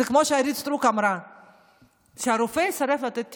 זה כמו שאורית סטרוק אמרה שהרופא יסרב לתת טיפול,